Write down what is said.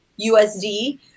usd